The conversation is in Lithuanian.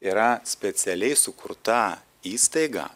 yra specialiai sukurta įstaiga